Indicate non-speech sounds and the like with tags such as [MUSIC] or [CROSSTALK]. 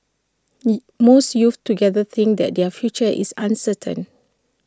[UNINTELLIGIBLE] most youths together think that their future is uncertain